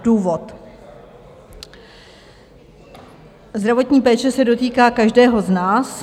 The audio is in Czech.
Důvod: zdravotní péče se dotýká každého z nás.